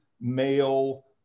male